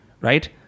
right